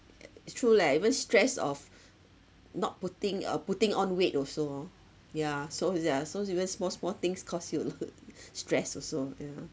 true leh even stress of not putting uh putting on weight also orh yeah so yeah so even small small things cause you a lot stress also yeah